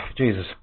Jesus